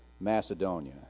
Macedonia